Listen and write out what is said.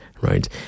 right